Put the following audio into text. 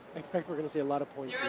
expect we're gonna see a lot of points